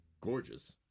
gorgeous